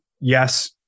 yes